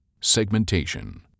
Segmentation